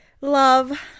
love